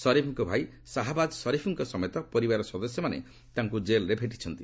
ସରିଫ୍ଙ୍କ ଭାଇ ସାହାବାଜ୍ ସରିଫ୍ଙ୍କ ସମେତ ପରିବାରର ସଦସ୍ୟମାନେ ତାଙ୍କୁ ଜେଲ୍ରେ ଭେଟିଛନ୍ତି